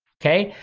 okay?